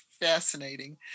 fascinating